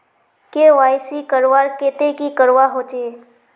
KYC करवार केते की करवा होचए?